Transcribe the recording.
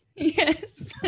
Yes